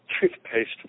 toothpaste